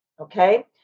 Okay